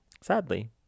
sadly